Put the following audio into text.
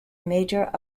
major